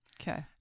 Okay